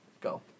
Go